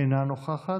אינה נוכחת,